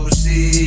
see